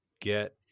get